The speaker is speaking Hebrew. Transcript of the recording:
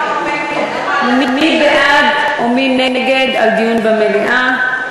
מי בעד ומי נגד דיון במליאה?